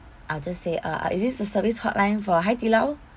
I'll just say uh uh is this the service hotline for Haidilao